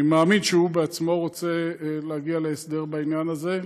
אני מאמין שהוא עצמו רוצה להגיע להסדר בעניין הזה,